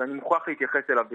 ואני מוציא היתר